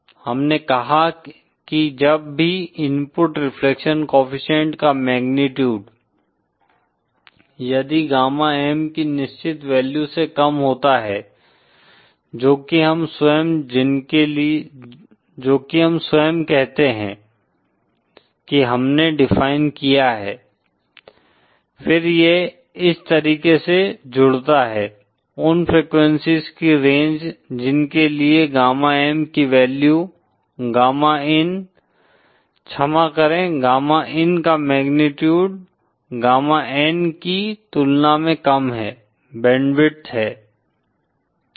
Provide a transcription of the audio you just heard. हमने कहा कि जब भी इनपुट रिफ्लेक्शन कोएफ़िशिएंट का मैग्नीट्यूड यदि गामा M की निश्चित वैल्यू से कम होता है जो कि हम स्वयं कहते हैं कि हमने डिफाइन किया है फिर ये इस तरीके से जुड़ता है उन फ्रीक्वेंसीज़ की रेंज जिनके लिए गामा M की वैल्यू गामा इन क्षमा करे गामा इन का मैग्नीट्यूड गामा N की तुलना में कम है बैंडविड्थ है